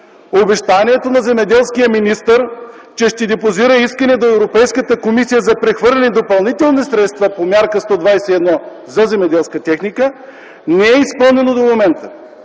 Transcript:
Обещанието на земеделския министър, че ще депозира искане до Европейската комисия за прехвърляне на допълнителни средства по Мярка 121 за земеделска техника, не е изпълнено до момента.